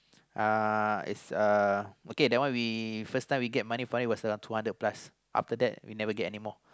uh is a okay that one we first time we get money the money about we two hundred plus after that we never get anymore